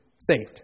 saved